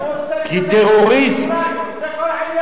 הוא רוצה לקבל, כטרוריסט, זה כל העניין.